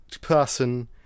person